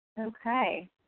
Okay